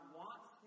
wants